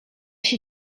się